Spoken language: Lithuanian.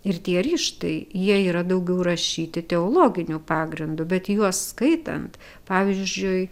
ir tie ryžtai jie yra daugiau rašyti teologiniu pagrindu bet juos skaitant pavyzdžiui